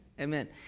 Amen